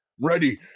ready